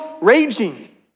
raging